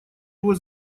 его